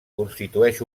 constitueix